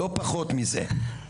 לא פחות מזה.